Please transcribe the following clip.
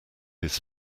his